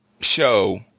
show